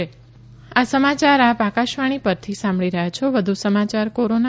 corona સંદેશ આ સમાચાર આપ આકાશવાણી પરથી સાંભળી રહ્યા છોવધુ સમાચાર કોરોના